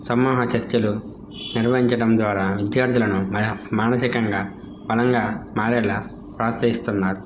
సమూహ చర్చలు నిర్వహించడం ద్వారా విద్యార్థులను మ మానసికంగా బలంగా మారేలా ప్రోత్సహిస్తున్నారు